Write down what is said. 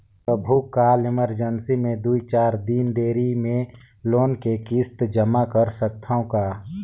कभू काल इमरजेंसी मे दुई चार दिन देरी मे लोन के किस्त जमा कर सकत हवं का?